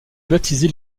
baptiser